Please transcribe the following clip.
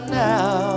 now